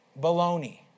Baloney